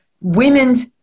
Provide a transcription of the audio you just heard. women's